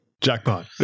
Jackpot